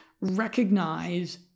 recognize